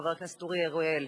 חבר הכנסת אורי אריאל,